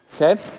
okay